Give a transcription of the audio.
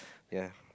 ya